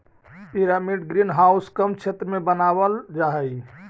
pyramid greenhouse कम क्षेत्र में बनावाल जा हई